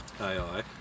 AI